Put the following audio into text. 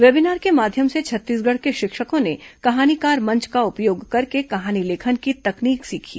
webinar के माध्यम से छत्तीसगढ़ के शिक्षकों ने कहानीकार मंच का उपयोग करके कहानी लेखन की तकनीक सीखी